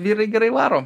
vyrai gerai varo